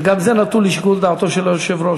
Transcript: וגם זה נתון לשיקול דעתו של היושב-ראש,